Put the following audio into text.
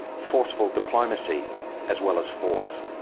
forceful diplomacy as well as force.